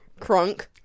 Crunk